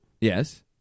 Yes